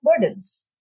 burdens